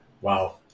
Wow